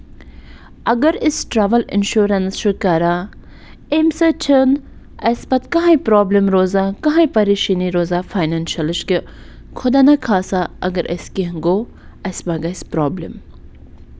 اَگر أسۍ travel insurance چھِ کران اَمہِ سۭتۍ چھِنہٕ اَسہِ پَتہٕ کٕہۭنۍ پرٛابلِم روزان کٕہۭنۍ پَریشٲنی روزان فاینٮ۪نشَلٕچ کہِ خدا نخواستہٕ اَگر اَسہِ کیٚنٛہہ گوٚو اَسہِ مَہ گژھِ پرٛابلِم